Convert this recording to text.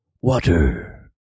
Water